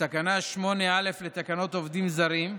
תקנה 8(א) לתקנות עובדים זרים,